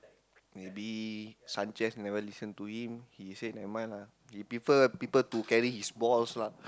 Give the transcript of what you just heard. maybe Sanchez never listen to him he said never mind lah if people people to carry his balls lah